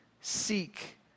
Seek